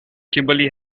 kimberly